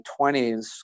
20s